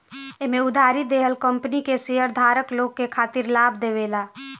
एमे उधारी देहल कंपनी के शेयरधारक लोग के खातिर लाभ देवेला